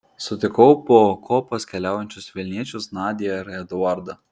sutikau po kopas keliaujančius vilniečius nadią ir eduardą